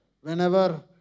whenever